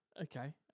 Okay